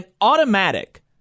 automatic